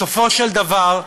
בסופו של דבר,